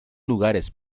lugares